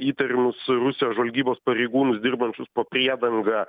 įtariamus rusijos žvalgybos pareigūnus dirbančius po priedanga